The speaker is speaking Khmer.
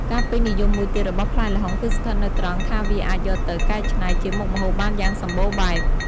ការពេញនិយមមួយទៀតរបស់ផ្លែល្ហុងគឺស្ថិតនៅត្រង់ថាវាអាចយកទៅកែច្នៃជាមុខម្ហូបបានយ៉ាងសម្បូរបែប។